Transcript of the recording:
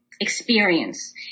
experience